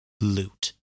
loot